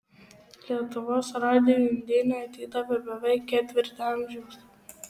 lietuvos radijui undinė atidavė beveik ketvirtį amžiaus